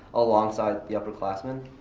alongside the upperclassmen.